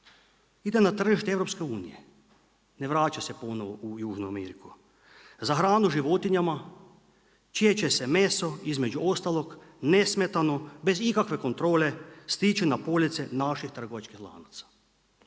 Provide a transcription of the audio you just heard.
Ide na tržište EU-a, ne vraća se ponovno u Južnu Ameriku. Za hranu životinjama čije će se meso između ostalog nesmetano bez ikakve kontrole stići na police naših trgovačkih lanaca.